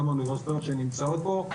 גם האוניברסיטאות שנמצאות פה,